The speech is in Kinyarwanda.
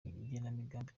igenamigambi